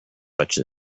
such